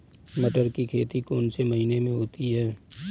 मटर की खेती कौन से महीने में होती है?